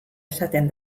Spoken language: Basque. esaten